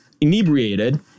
inebriated